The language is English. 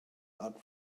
out